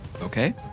Okay